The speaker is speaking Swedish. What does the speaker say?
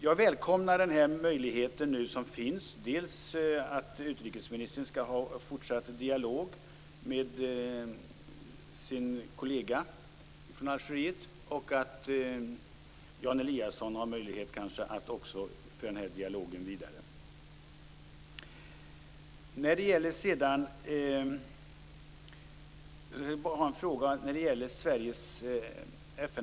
Jag välkomnar den möjlighet som nu finns, dels genom att utrikesministern skall ha en fortsatt dialog med sin kollega från Algeriet, dels genom att Jan Eliasson skall föra dialogen vidare.